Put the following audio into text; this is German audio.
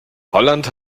holland